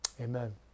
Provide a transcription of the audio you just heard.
amen